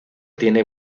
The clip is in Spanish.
tiene